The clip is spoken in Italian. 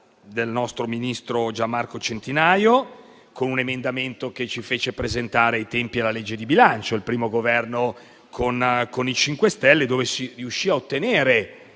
del nostro ministro Gian Marco Centinaio, con un emendamento che ci fece presentare ai tempi della legge di bilancio, con il primo Governo del MoVimento 5 Stelle, dove si riuscì a ottenere,